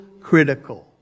critical